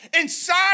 inside